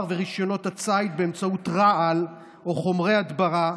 ורישיונות הציד באמצעות רעל או חומרי הדברה,